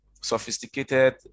sophisticated